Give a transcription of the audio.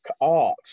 art